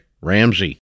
Ramsey